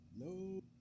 No